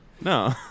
No